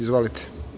Izvolite.